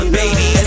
baby